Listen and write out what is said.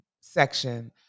section